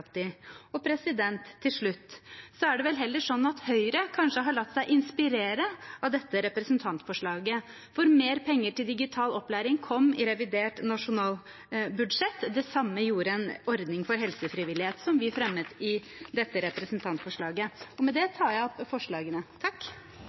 Til slutt: Det er vel heller sånn at Høyre kanskje har latt seg inspirere av dette representantforslaget, for mer penger til digital opplæring kom i revidert nasjonalbudsjett. Det samme gjorde en ordning for helsefrivillighet, som vi fremmet i dette representantforslaget. Med det